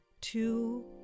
two